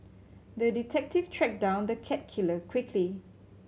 the detective tracked down the cat killer quickly